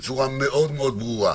בצורה מאוד מאוד ברורה.